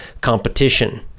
competition